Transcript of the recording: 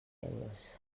euros